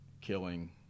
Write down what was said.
killing